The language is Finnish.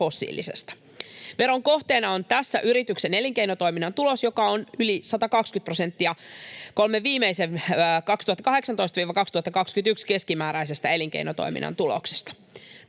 fossiilisesta. Veron kohteena on tässä yrityksen elinkeinotoiminnan tulos, joka on yli 120 prosenttia kolmen viimeisen vuoden, 2018—2021, keskimääräisestä elinkeinotoiminnan tuloksesta.